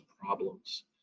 problems